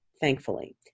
Thankfully